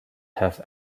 have